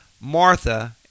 Martha